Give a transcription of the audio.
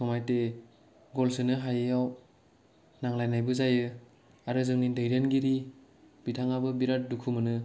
सममथे गल सोनो हायैयाव नांलायनायबो जायो आरो जोंनि दैदेनगिरि बिथाङाबो बिराद दुखु मोनो